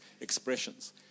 expressions